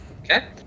Okay